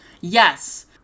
Yes